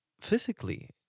physically